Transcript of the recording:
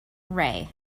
rae